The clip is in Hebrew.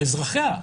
לאזרחיה.